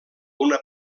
una